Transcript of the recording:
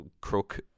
Crook